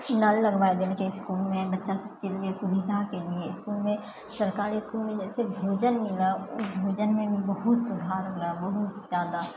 नल लगबाए देलके इसकुलमे बच्चासबके लिए सुविधाके लिए इसकुलमे सरकारी सरकारी इसकुलमे जैसे भोजन मिलऽहै ओ भोजनमे भी बहुत सुधार भेलए बहुत जादा